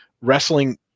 wrestling